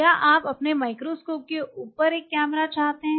क्या आप अपने माइक्रोस्कोप के ऊपर एक कैमरा चाहते हैं